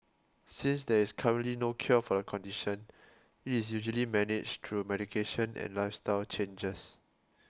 since there is currently no cure for the condition it is usually managed through medication and lifestyle changes